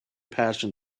passion